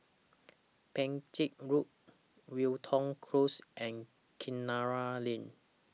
Bangkit Road Wilton Close and Kinara Lane